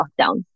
lockdown